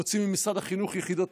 מוציאים ממשרד החינוך יחידות,